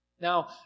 Now